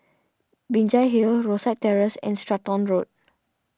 Binjai Hill Rosyth Terrace and Stratton Road